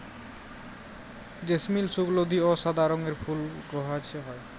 জেসমিল সুগলধি অ সাদা রঙের ফুল গাহাছে হয়